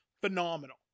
phenomenal